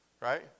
right